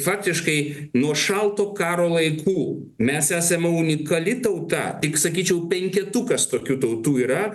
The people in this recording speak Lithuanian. faktiškai nuo šalto karo laikų mes esame unikali tauta tik sakyčiau penketukas tokių tautų yra